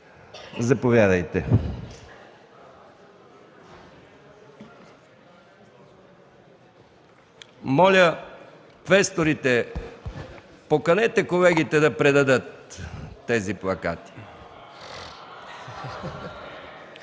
заповядайте. Моля, квесторите, поканете колегите да предадат тези плакати.